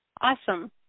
Awesome